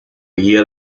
guía